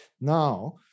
Now